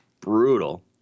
brutal